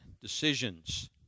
decisions